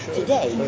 today